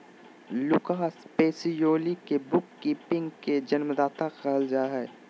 Lucas Pacioli के book keeping के जन्मदाता कहल जा हइ